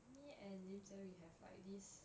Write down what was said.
me and lim jie we have like this